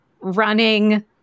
running